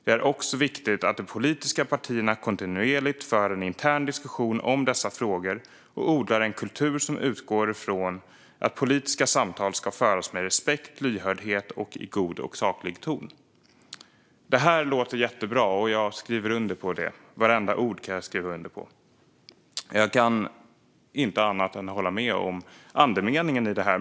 Det är också viktigt att de politiska partierna kontinuerligt för en intern diskussion om dessa frågor och odlar en kultur som utgår från att politiska samtal ska föras med respekt, lyhördhet och i god och saklig ton." Det här låter jättebra, och jag skriver under på vartenda ord. Jag kan inte annat än hålla med om andemeningen.